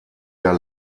der